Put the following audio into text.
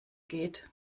geht